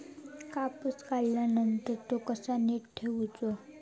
कापूस काढल्यानंतर तो कसो नीट ठेवूचो?